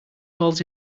falls